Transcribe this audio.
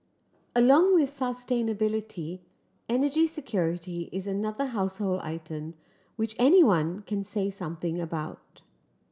along with sustainability energy security is another household term which anyone can say something about